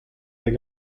hag